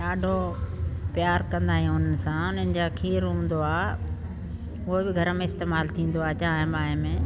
डाढो प्यार कंदा आहियूं उन्हनि सां उन्हनि जो खीर हूंदो आहे उहो बि घर में इस्तेमालु थींदो आहे चांहि ॿांहि में